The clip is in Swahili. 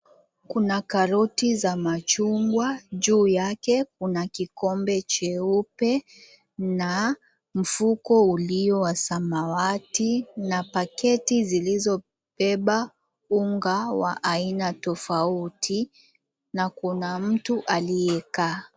Kuna karoti za machungwa juu yake kuna kikombe cheupe na mfuko ulio wa samawati na paketi zilizobeba unga wa aina tofauti na kuna mtu aliyekaa.